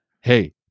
hey